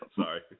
sorry